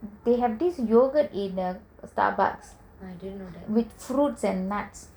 they have this yogurt in Starbucks with fruits and nuts